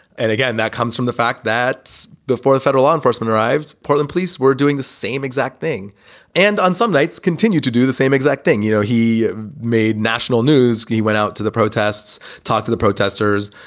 and again, that comes from the fact that before the federal law enforcement arrived, portland police were doing the same exact thing and on some nights continue to do the same exact thing. you know, he made national news. he went out to the protests, talk to the protesters,